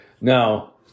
Now